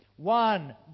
One